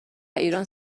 ایران